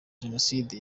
jenoside